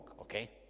okay